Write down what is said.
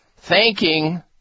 Thanking